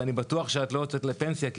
ואני בטוח שאת לא יוצאת לפנסיה כי